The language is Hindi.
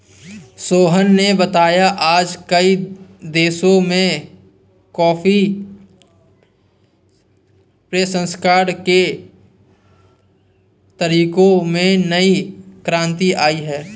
सोहन ने बताया आज कई देशों में कॉफी प्रसंस्करण के तरीकों में नई क्रांति आई है